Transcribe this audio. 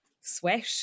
sweat